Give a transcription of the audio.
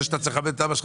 אתה צריך לכבד את אבא שלך.